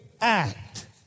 act